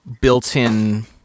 built-in